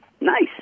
nice